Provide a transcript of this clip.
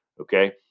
Okay